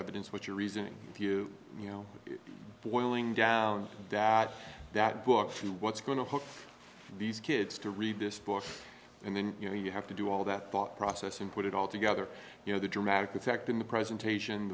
evidence what your reasoning if you you know boiling down that that books and what's going to hurt these kids to read this book and then you know you have to do all that thought process and put it all together you know the dramatic effect in the presentation